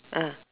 ah